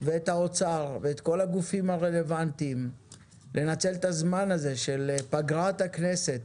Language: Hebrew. ואת משרד האוצר ואת כל הגופים הרלוונטיים לנצל את הזמן של פגרת הכנסת